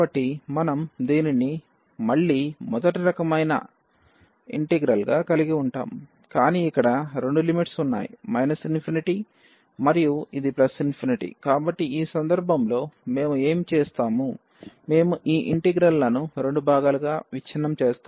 కాబట్టి మనం దీనిని మళ్ళీ మొదటి రకమైన ఇంటిగ్రల్ గా కలిగి ఉంటాము కానీ ఇక్కడ రెండు లిమిట్స్ ఉన్నాయి మరియు ఇది కాబట్టి ఈ సందర్భంలో మేము ఏమి చేస్తాము మేము ఈ ఇంటిగ్రల్ లను రెండు భాగాలుగా విచ్ఛిన్నం చేస్తాము